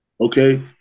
Okay